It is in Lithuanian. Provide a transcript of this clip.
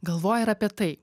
galvoja ir apie tai